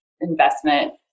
investment